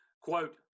quote